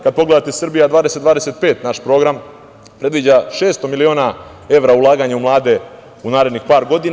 Kada pogledate „Srbija 20-25“, naš program, predviđa 600 miliona evra ulaganja u mlade u narednih par godina.